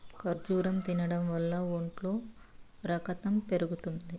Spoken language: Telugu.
ఖర్జూరం తినడం వల్ల ఒంట్లో రకతం పెరుగుతుంది